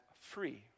free